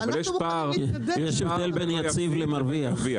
אבל יש פער בין יציב לבין מרוויח,